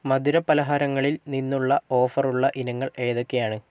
മധുരപലഹാരങ്ങളിൽ നിന്നുള്ള ഓഫറുള്ള ഇനങ്ങൾ ഏതൊക്കെയാണ്